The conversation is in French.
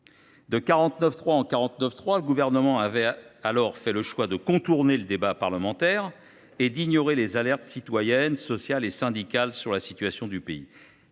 De 49.3 en 49.3, le Gouvernement avait alors fait le choix de contourner le débat parlementaire et d’ignorer les alertes citoyennes, sociales et syndicales quant à la situation du pays.